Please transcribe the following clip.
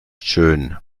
schön